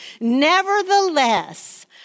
Nevertheless